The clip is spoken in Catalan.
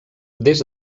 des